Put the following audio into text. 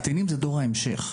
הקטינים הם דור ההמשך.